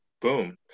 boom